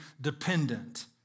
dependent